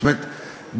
זאת אומרת,